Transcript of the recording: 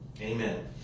Amen